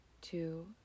two